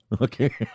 Okay